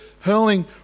hurling